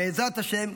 בעזרת השם,